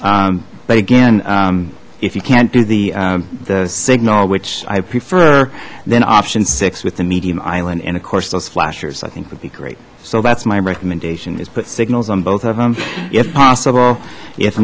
corner but again if you can't do the signal which i prefer then option six with the medium island and of course those flashers i think would be great so that's my recommendation is put signals on both of them if possible if